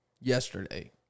yesterday